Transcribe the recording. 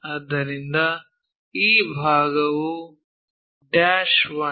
ಆದ್ದರಿಂದ ಈ ಭಾಗವು ಡ್ಯಾಶ್ 1